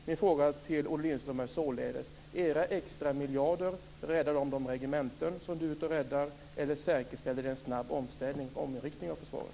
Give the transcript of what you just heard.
Min fråga till Olle Lindström är: Räddar era extra miljarder de regementen som du är ute och räddar eller säkerställer de en snabb omställning/omriktning av försvaret?